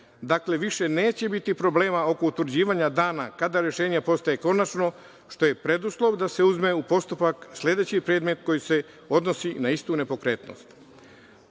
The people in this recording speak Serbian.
više neće biti problema oko utvrđivanja dana kada rešenje postaje konačno što je preduslov da se uzme u postupak sledeći predmet koji se odnosi na istu nepokretnost.